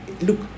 look